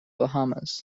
bahamas